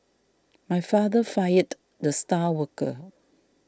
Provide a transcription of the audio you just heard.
my father fired the star worker